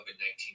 COVID-19